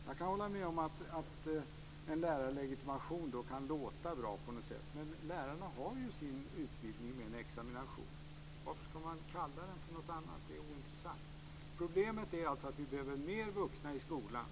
Jag kan hålla med om att en lärarlegitimation kan låta bra, men lärarna har sin utbildning med en examination. Varför ska man kalla den för någonting annat? Det är ointressant. Problemet är alltså att vi behöver fler vuxna i skolan.